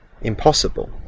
impossible